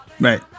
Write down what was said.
Right